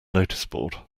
noticeboard